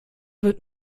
wird